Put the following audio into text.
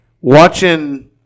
Watching